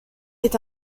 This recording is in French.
est